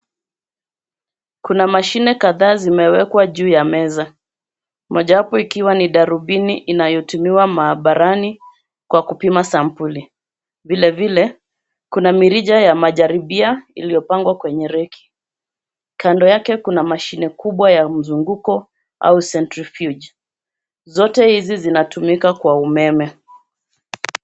Kuna mashine kadhaa zimewekwa juu ya meza. Moja wapo ikiwa ni darubini inayotumiwa maabarani kwa kupima sampuli. Vile vile, kuna mirija ya majaribia iliyopangwa kwenye reki. Kando yake kuna mashine kubwa ya mzunguko au centrifuge . Zote hizi zinatumika kwa umeme.